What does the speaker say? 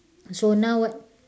so now what